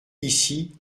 ici